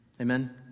Amen